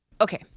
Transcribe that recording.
Okay